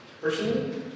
personally